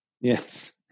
Yes